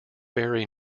berry